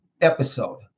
episode